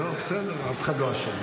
לא, בסדר, אף אחד לא אשם.